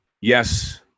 Yes